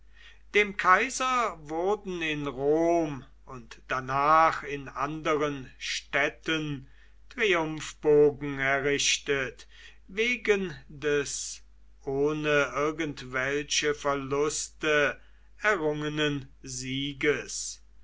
dem kaiser wurden in rom und danach in anderen städten triumphbogen errichtet wegen des ohne irgendwelche verluste errungenen sieges